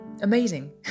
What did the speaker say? Amazing